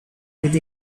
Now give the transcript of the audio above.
with